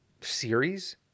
series